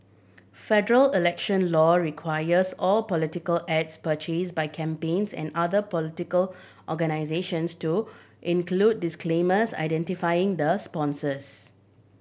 Federal election law requires all political ads purchased by campaigns and other political organisations to include disclaimers identifying the sponsors